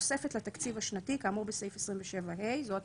חבר הכנסת לחלק יחסי מהתקציב השנתי"; (2)האמור בו יסומן "(א)" ובו,